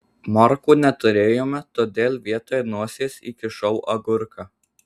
morkų neturėjome todėl vietoj nosies įkišau agurką